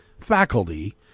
faculty